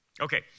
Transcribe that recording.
Okay